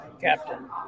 Captain